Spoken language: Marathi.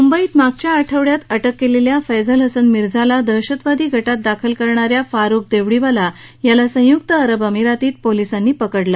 मुंबईत मागच्या आठवङ्यात अटक केलेल्या फैजल हसन मिर्झाला दहशतवादी गटात दाखल करणाऱ्या फारुख देवडीवाला याला संयुक्त अरब अमिरातीत पोलीसांनी अटक केली